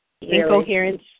Incoherence